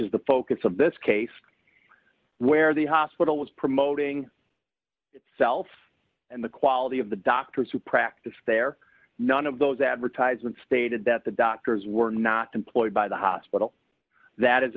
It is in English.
is the focus of this case where the hospital was promoting itself and the quality of the doctors who practice there none of those advertisements stated that the doctors were not employed by the hospital that is